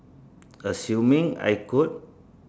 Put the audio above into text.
assuming I could